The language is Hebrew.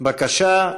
בבקשה,